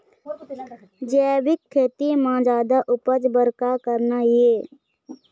जैविक खेती म जादा उपज बर का करना ये?